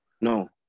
No